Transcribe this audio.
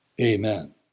Amen